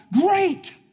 great